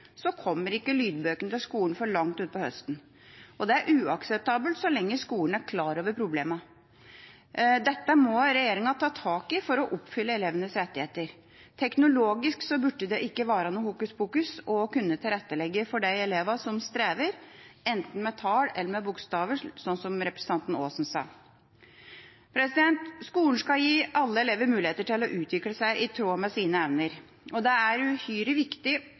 kommer ikke lydbøkene til skolen før langt utpå høsten, og det er uakseptabelt så lenge skolen er klar over problemene. Dette må regjeringa ta tak i for å oppfylle elevenes rettigheter. Teknologisk burde det ikke være noe hokuspokus å kunne tilrettelegge for de elevene som strever med enten tall eller bokstaver, som representanten Aasen sa. Skolen skal gi alle elever muligheter til å utvikle seg i tråd med sine evner. Det er uhyre viktig